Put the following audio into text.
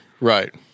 right